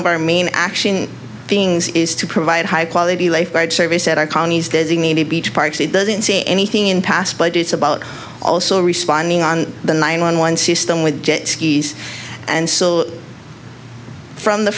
of our main action beings is to provide high quality lifeguard service at our county's designated beach parks it doesn't say anything in past budgets about also responding on the nine one one system with jet skis and so from the